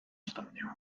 stadio